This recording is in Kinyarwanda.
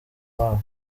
babo